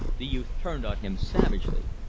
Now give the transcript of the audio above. the youth turned on him savagely.